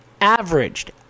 Averaged